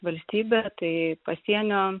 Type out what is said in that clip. valstybę tai pasienio